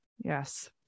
Yes